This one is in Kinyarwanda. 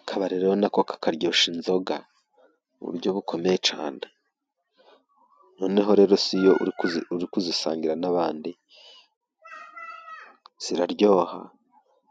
Akabari rero nako kakaryoshya inzoga mu buryo bukomeye cyane noneho rero si iyo uri kuzisangira n'abandi ziraryoha